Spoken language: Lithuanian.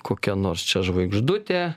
kokia nors čia žvaigždutė